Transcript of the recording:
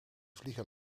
vlieger